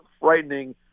frightening